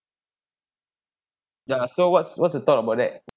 ya so what's what's the thought about that